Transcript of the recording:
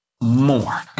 more